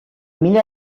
mila